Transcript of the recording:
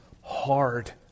hard